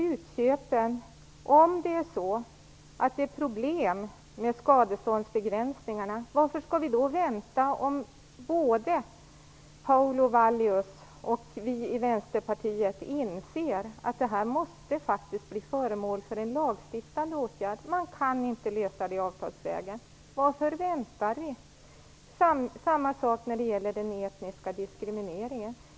Utköpen: Om det är problem med skadeståndsbegränsningarna, varför skall vi då vänta om både Paavo Vallius och vi i Vänsterpartiet inser att detta måste bli föremål för en lagstiftande åtgärd? Detta kan inte lösas avtalsvägen. Varför väntar vi då? På samma sätt är det med den etniska diskrimineringen.